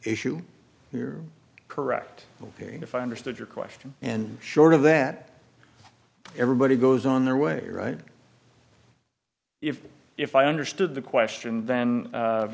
issue here correct ok if i understood your question and short of that everybody goes on their way right if if i understood the question then